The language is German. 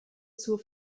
zur